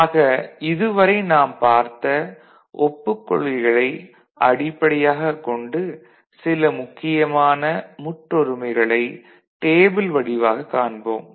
ஆக இதுவரை நாம் பார்த்த ஒப்புக் கொள்கைகளை அடிப்படையாகக் கொண்டு சில முக்கியமான முற்றொருமைகளை டேபிள் வடிவாகக் காண்போம்